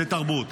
זה תרבות,